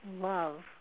love